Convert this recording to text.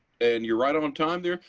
and you're right on on time there.